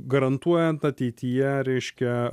garantuojant ateityje reiškia